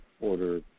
order